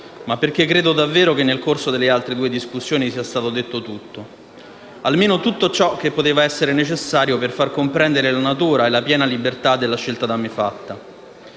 ma perché credo davvero che nel corso delle altre due discussioni sia stato detto tutto o almeno tutto ciò che poteva essere necessario per far comprendere la natura e la piena libertà della scelta da me fatta.